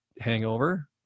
hangover